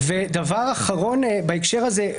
דבר אחרון בהקשר הזה.